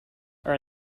are